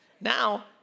Now